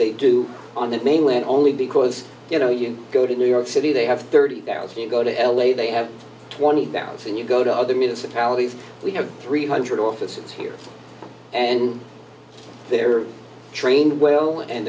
they do on the mainland only because you know you go to new york city they have thirty thousand you go to l a they have twenty thousand you go to other municipalities we have three hundred officers here and they're trained well and